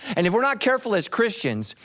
and if we're not careful as christians,